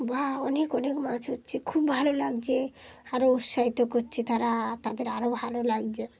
বা অনেক অনেক মাছ হচ্ছে খুব ভালো লাগছে আরও উৎসাহিত করছে তারা তাদের আরও ভালো লাগছে